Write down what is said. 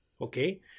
Okay